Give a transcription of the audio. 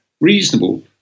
reasonable